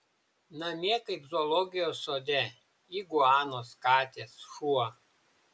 namie kaip zoologijos sode iguanos katės šuo